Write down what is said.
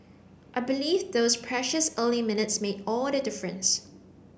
I believe those precious early minutes made all the difference